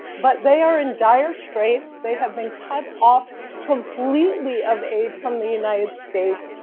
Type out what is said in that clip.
but, they are in dire straights, they have been cut off completely of aid from the united states,